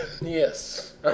Yes